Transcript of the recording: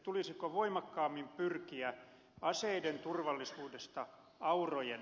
tulisiko voimakkaammin pyrkiä aseiden turvallisuudesta aurojen